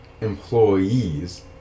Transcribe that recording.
employees